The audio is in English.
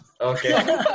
Okay